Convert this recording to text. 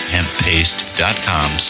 HempPaste.com